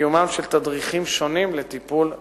וקיומם של תדריכים שונים לטיפול ולדיווח.